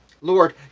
Lord